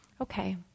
Okay